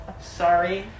Sorry